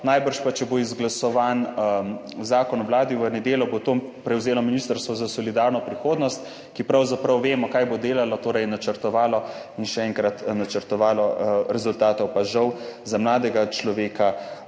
najbrž pa, če bo izglasovan zakon o Vladi v nedeljo, bo to prevzelo ministrstvo za solidarno prihodnost, ki pravzaprav vemo, kaj bo delalo, torej načrtovalo in še enkrat načrtovalo, rezultatov pa žal za mladega človeka